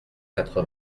quatre